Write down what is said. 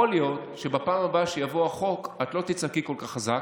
יכול להיות שבפעם הבאה שיבוא החוק את לא תצעקי כל כך חזק